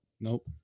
nope